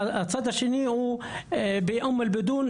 והשני הוא באום אל ביטון,